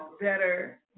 better